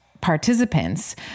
participants